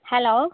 hello